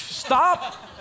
stop